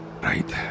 Right